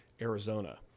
Arizona